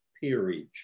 peerage